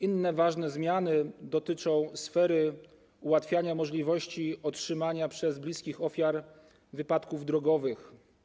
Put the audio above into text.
Inne ważne zmiany dotyczą sfery ułatwiania możliwości otrzymania renty przez bliskich ofiar wypadków drogowych.